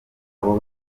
abo